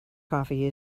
coffee